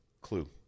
clue